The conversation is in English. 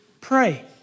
pray